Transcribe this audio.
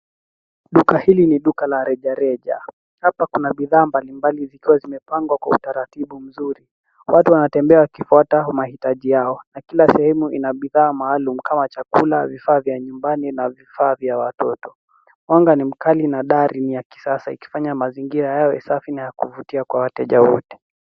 Duka hili ni duka la rejareja. Hapa kuna bidhaa mbalimbali zikiwa zimepangwa kwa utaratibu mzuri. Watu wanatembea wakifuata mahitaji Yao na kila sehemu ina bidhaa maalum kama chakula, bidhaa mbalimbali na bidhaa vya watoto. Mwanga ni mkali na dari ni ya kisasa ikifanya mazingira yawe safi na ya kuvutia kwa wateja wote.